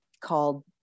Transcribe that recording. called